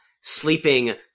sleeping